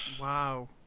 Wow